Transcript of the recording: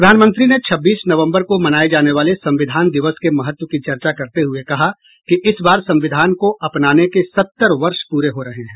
प्रधानमंत्री ने छब्बीस नवम्बर को मनाये जाने वाले संविधान दिवस के महत्व की चर्चा करते हुए कहा कि इस बार संविधान को अपनाने के सत्तर वर्ष पूरे हो रहे हैं